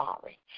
sorry